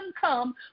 come